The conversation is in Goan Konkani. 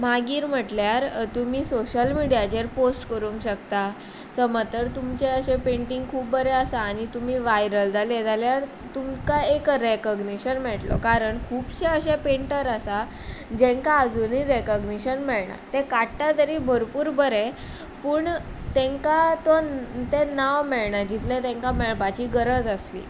मागीर म्हटल्यार तुमी सोशल मिडीयाचेर पोस्ट करूंक शकतात समज जर तुमचें पेंटींग अशें खूब बरें आसा आनी तुमी वायरल जाले जाल्यार तुमकां एक रेकगनेशन मेळटलो कारण खुबशे अशे पेंटर आसा जेंका आजूनय रेकोंगनेशन मेळना ते काडटा तरी भरपूर बरें पूण तेंका तो तें नांव मेळना जितलें तेंका मेळपाची गरज आसली